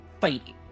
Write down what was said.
fighting